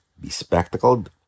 bespectacled